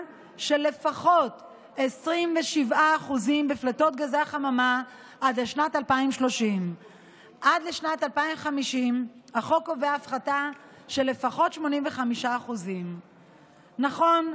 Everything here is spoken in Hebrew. של לפחות 27% בפליטות גזי החממה עד שנת 2030. עד שנת 2050 החוק קובע הפחתה של לפחות 85%. נכון,